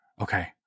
Okay